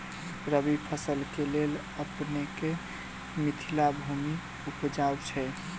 रबी फसल केँ लेल अपनेक मिथिला भूमि उपजाउ छै